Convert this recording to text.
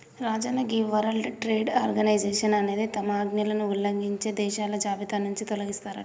రాజన్న గీ world trade organization అనేది తమ ఆజ్ఞలను ఉల్లంఘించే దేశాల జాబితా నుంచి తొలగిస్తారట